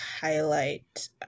highlight